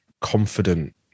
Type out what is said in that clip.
confident